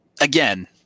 again